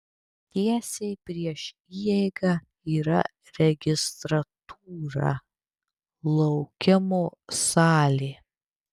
tiesiai prieš įeigą yra registratūra laukimo salė